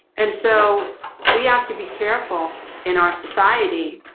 and so we have to be careful in our society